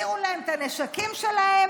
החזירו להם את הנשקים שלהם,